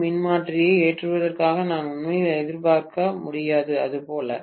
ஏ மின்மாற்றியை ஏற்றுவதாக நான் உண்மையில் எதிர்பார்க்க முடியாது அது போல